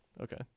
Okay